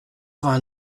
vingt